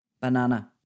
banana